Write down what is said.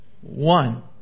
One